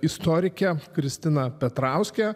istorikę kristiną petrauskę